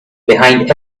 behind